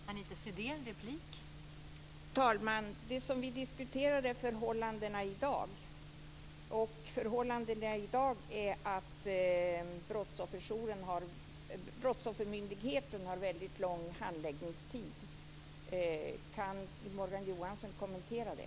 Fru talman! Det som vi diskuterar är förhållandena i dag, och förhållandena i dag är att Brottsoffermyndigheten har väldigt lång handläggningstid. Kan Morgan Johansson kommentera det?